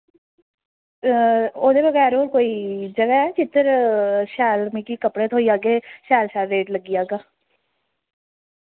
ओह्दे बगैर होर कोई जगह ऐ जिद्धर शैल मिगी कपड़े थ्होई जाग्गे शैल शैल रेट लग्गी जाग्गा